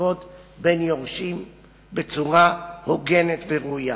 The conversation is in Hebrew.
מחלוקות בין יורשים בצורה הוגנת וראויה.